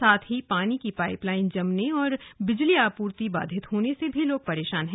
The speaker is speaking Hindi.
साथ ही पानी की लाइन जमने और बिजली आपूर्ति बाधित होने से भी लोग परेशान रहे